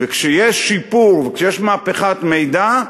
וכשיש שיפור וכשיש מהפכת מידע,